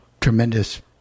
tremendous